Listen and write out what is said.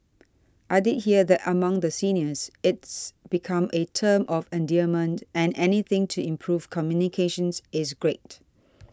I did hear that among the seniors it's become a term of endearment and anything to improve communications is great